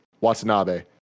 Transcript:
Watanabe